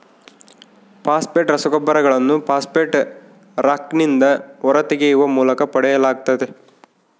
phosphate ರಸಗೊಬ್ಬರಗಳನ್ನು phosphate ರಾಕ್ನಿಂದ ಹೊರತೆಗೆಯುವ ಮೂಲಕ ಪಡೆಯಲಾಗ್ತತೆ